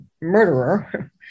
murderer